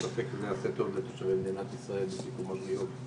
אין ספק שזה יעשה טוב לתושבי מדינת ישראל בסיכומו של יום.